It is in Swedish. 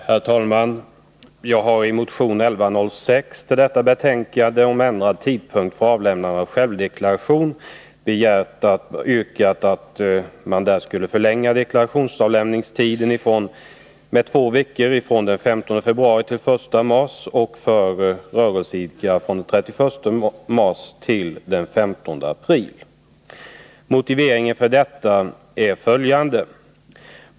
Herr talman! Jag har i motionen 1106 yrkat att sista inlämningsdagen för självdeklarationer ändras från den 15 februari till den 1 mars och för rörelseidkare från den 31 mars till den 15 april. Motiveringen är följande.